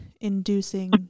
inducing